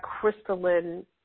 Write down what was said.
crystalline